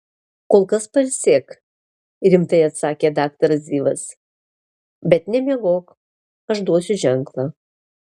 kol kas pailsėk rimtai atsakė daktaras zivas bet nemiegok aš duosiu ženklą